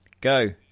Go